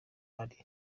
arimo